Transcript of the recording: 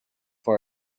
for